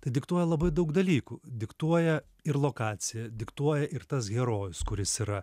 tai diktuoja labai daug dalykų diktuoja ir lokaciją diktuoja ir tas herojus kuris yra